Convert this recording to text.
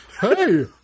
Hey